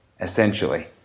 Essentially